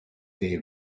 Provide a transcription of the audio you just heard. they